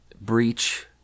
breach